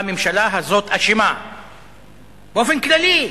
והממשלה הזאת אשמה באופן כללי,